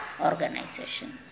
organization